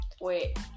Wait